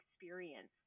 experience